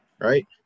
Right